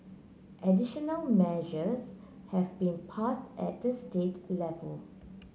additional measures have been passed at the state level